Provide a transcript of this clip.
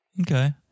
Okay